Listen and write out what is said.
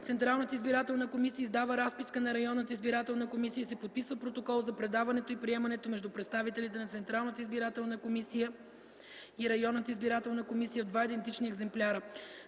Централната избирателна комисия издава разписка на районната избирателна комисия и се подписва протокол за предаването и приемането между представителите на Централната избирателна комисия и районната избирателна комисия в два идентични екземпляра.